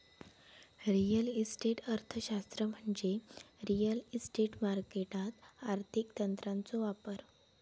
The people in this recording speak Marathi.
रिअल इस्टेट अर्थशास्त्र म्हणजे रिअल इस्टेट मार्केटात आर्थिक तंत्रांचो वापर